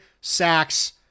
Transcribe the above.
sacks